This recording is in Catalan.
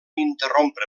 interrompre